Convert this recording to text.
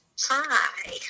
Hi